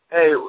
hey